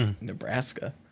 Nebraska